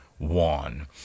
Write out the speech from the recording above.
One